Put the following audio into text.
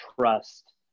trust